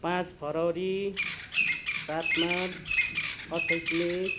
पाँच फेब्रुअरी सात मार्च अट्ठाइस मई